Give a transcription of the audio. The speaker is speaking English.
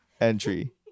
entry